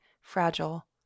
fragile